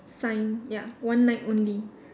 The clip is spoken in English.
sign ya one night only